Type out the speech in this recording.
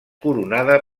coronada